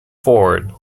forward